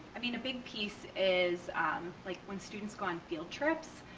i mean a big piece is like when students go on field trips.